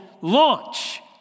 launch